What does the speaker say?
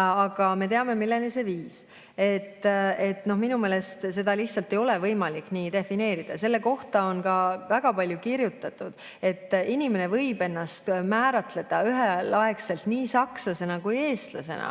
Aga me teame, milleni see viis. Minu meelest seda lihtsalt ei ole võimalik nii defineerida. Selle kohta on ka väga palju kirjutatud. Inimene võib ennast määratleda üheaegselt nii sakslase kui ka eestlasena,